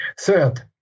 Third